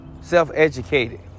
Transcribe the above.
self-educated